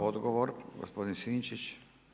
Odgovor gospodin Sinčić.